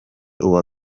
uwa